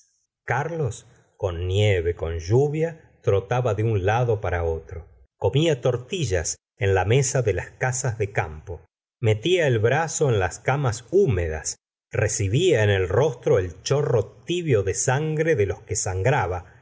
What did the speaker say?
carlos con nieve con lluvia trotaba de un lado para otro comía tortillas en la mesa de las casas de campo metía el brazo en las camas húmedas recibía en el rostro el chorro tibio de sangre de los que sangraba